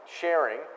Sharing